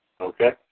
Okay